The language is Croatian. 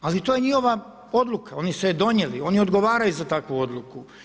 Ali to je njihova odluka, oni su je donijeli, oni odgovaraju za takvu odluku.